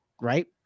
right